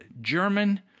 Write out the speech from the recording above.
German